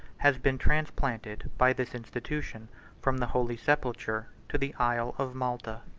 has been transplanted by this institution from the holy sepulchre to the isle of malta.